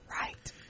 Right